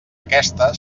aquesta